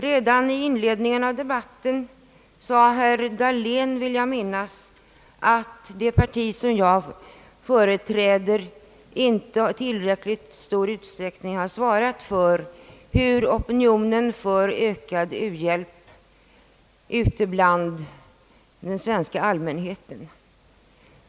Redan i inledningen av debatten sade herr Dahlén, vill jag minnas, att det parti som jag företräder inte i tillräckligt stor utsträckning har svarat för opinionsbildning för ökad u-hjälp hos den svenska allmänheten.